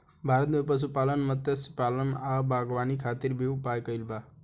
भारत में पशुपालन, मत्स्यपालन आ बागवानी खातिर भी उपाय कइल बा